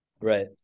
Right